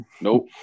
Nope